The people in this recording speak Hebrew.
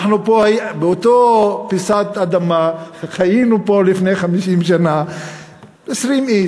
אנחנו באותה פיסת אדמה חיינו פה לפני 50 שנה 20 איש,